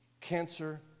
Cancer